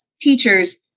teachers